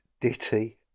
ditty